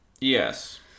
yes